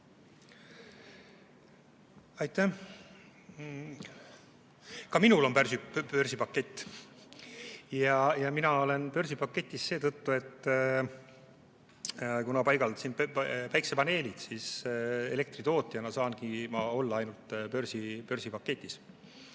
Aitäh! Ka minul on börsipakett. Mina olen börsipaketis seetõttu, et ma paigaldasin päikesepaneelid ja elektritootjana saangi ma olla ainult börsipaketis.